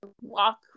Walk